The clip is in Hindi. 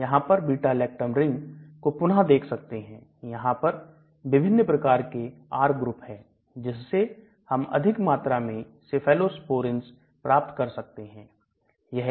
यहां पर Beta lactam रिंग को पुनः देख सकते हैं यहां पर विभिन्न प्रकार के R ग्रुप है जिससे हम अधिक मात्रा में Cephalosprins प्राप्त कर सकते हैं